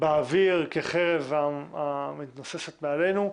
באוויר כחרב המתנוססת מעלינו.